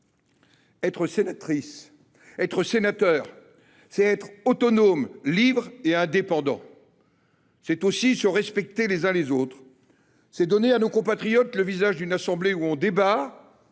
Être sénatrice, être sénateur, c’est être autonome, libre et indépendant. C’est aussi se respecter les uns les autres. C’est donner à nos compatriotes le visage d’une assemblée où l’on débat,